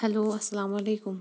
hello اسلام علیکم